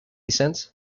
cents